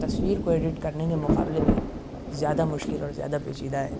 تصویر کو ایڈٹ کرنے کے مقابلے پہ زیادہ مشکل اور زیادہ پیچیدہ ہے